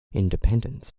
independence